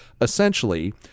essentially